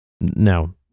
no